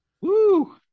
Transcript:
Woo